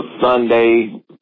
Sunday